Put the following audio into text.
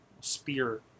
Spear